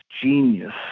genius